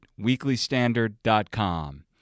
weeklystandard.com